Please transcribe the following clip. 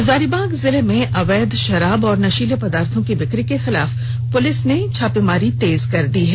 हजारीबाग जिले में अवैध शराब और नशीले पदार्थो की बिक्री के खिलाफ पुलिस ने छापेमारी तेज कर दी है